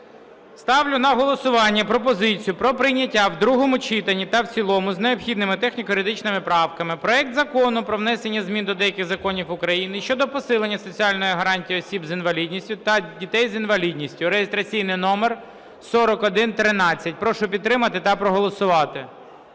Ставлю на голосування пропозицію про прийняття в другому читанні та в цілому з необхідними техніко-юридичними правками проект Закону про внесення змін до деяких законів України щодо посилення соціальних гарантій осіб з інвалідністю та дітей з інвалідністю (реєстраційний номер 4113). Прошу підтримати та проголосувати.